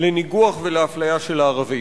לניגוח ולאפליה של הערבים.